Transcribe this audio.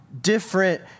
different